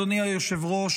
אדוני היושב-ראש,